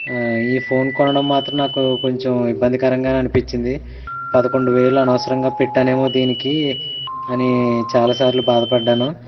ఈ ఫోన్ కొనడం మాత్రం నాకు కొంచం ఇబ్బందికరంగానే అనిపించింది పదకొండు వేలు అనవసరంగా పెట్టానేమో దీనికి అని చాలా సార్లు బాధ పడ్డాను